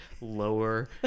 lower